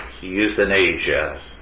euthanasia